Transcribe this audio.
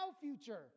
future